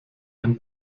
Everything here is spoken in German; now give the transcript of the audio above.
ein